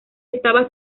estaba